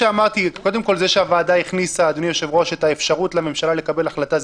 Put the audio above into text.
העובדה שהוועדה הכניסה את האפשרות לממשלה לקבל החלטה,